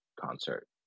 concert